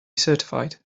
certified